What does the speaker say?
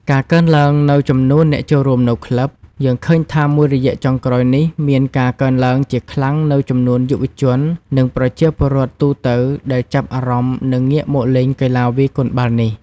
ការកើនឡើងនូវចំនួនអ្នកចូលរួមនៅក្លឹប យើងឃើញថាមួយរយៈចុងក្រោយនេះ មានការកើនឡើងជាខ្លាំងនូវចំនួនយុវជន និងប្រជាពលរដ្ឋទូទៅដែលចាប់អារម្មណ៍និងងាកមកលេងកីឡាវាយកូនបាល់នេះ។